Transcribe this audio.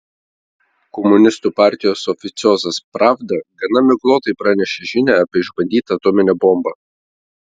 komunistų partijos oficiozas pravda gana miglotai pranešė žinią apie išbandytą atominę bombą